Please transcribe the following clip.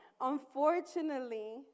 Unfortunately